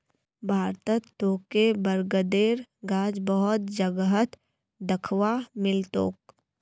भारतत तोके बरगदेर गाछ बहुत जगहत दख्वा मिल तोक